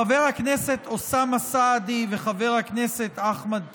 חבר הכנסת אוסאמה סעדי וחבר הכנסת אחמד טיבי,